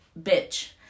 bitch